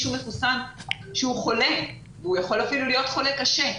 שמחוסן שהוא חולה והוא יכול להיות אפילו חולה קשה,